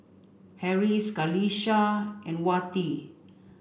Harris Qalisha and Wati